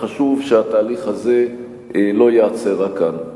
וחשוב שהתהליך הזה לא ייעצר רק כאן.